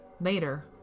Later